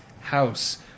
house